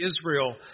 Israel